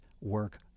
work